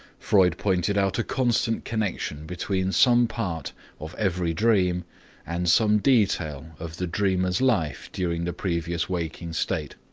freud pointed out a constant connection between some part of every dream and some detail of the dreamer's life during the previous waking state.